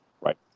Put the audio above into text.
right